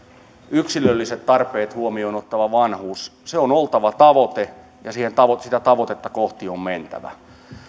yksilölliset tarpeet huomioon ottavan vanhuuden on oltava tavoite ja sitä tavoitetta kohti on mentävä